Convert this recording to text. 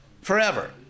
forever